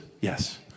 Yes